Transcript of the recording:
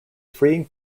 freeing